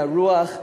מהרוח,